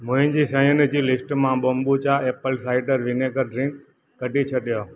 मुंहिंजी शयुनि जी लिस्ट मां kombucha apple cider vinegar drink कढी छॾियो